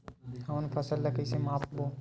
हमन फसल ला कइसे माप बो?